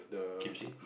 kimchi